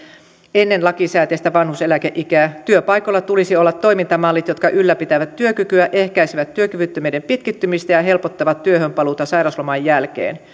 ennen lakisääteistä vanhuuseläkeikää työpaikoilla tulisi olla toimintamallit jotka ylläpitävät työkykyä ehkäisevät työkyvyttömyyden pitkittymistä ja helpottavat työhön paluuta sairausloman jälkeen